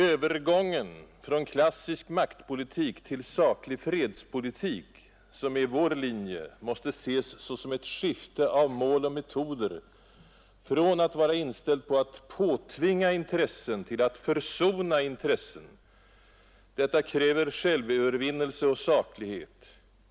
”Övergången från klassisk maktpolitik till saklig fredspolitik, som är vår linje, måste ses som ett skifte av mål och metoder, från att vara inställd på att påtvinga intressen till att försona intressen. Detta kräver självövervinnelse och saklighet ———.